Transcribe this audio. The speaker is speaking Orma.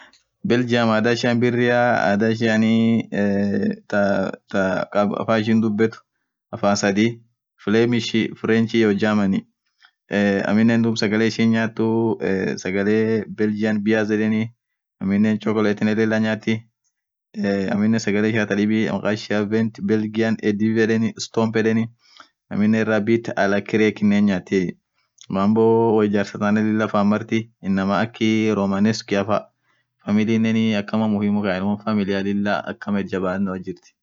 Belgium adhaa ishian birria yaani thaaa afan ishini dhubethu afan sadhii flamish french iyoo germany eee aminen dhub sagale ishini nyathuj eee sagale belgium beers yedheni ameninen chocolate lila nyathi aminen sagale ishia thadhibi makhaa ishia vent belgium eddivee yedheni stormp yedheni aminen rabith alaa krekhee nyatiye mambo woo ijarsaaa thanen lila faan marthii inamaa akhii romaa neskiafaa familinen akamaa muhimu kaaeni won familia lila akamaa itjabano jirthi